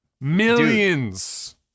millions